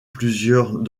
plusieurs